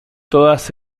todas